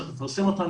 צריך לפרסם אותם,